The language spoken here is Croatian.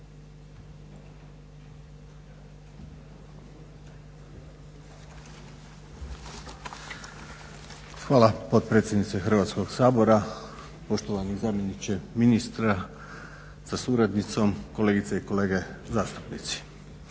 Hvala potpredsjednice Hrvatskog sabora. Poštovani zamjeniče ministra sa suradnicom, kolegice i kolege zastupnici.